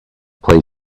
play